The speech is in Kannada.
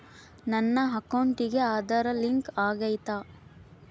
ನನ್ನ ಅಕೌಂಟಿಗೆ ಆಧಾರ್ ಲಿಂಕ್ ಆಗೈತಾ?